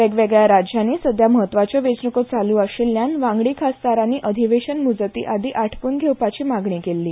वेगवेगळ्या राज्यांनी सध्या म्हत्वाच्यो वेंचणूको चालू आशिल्ल्यान वांगडी खासदारांनी अधिवेशन मुजतीआदीं आटपून घेवपाची मागणी केल्ली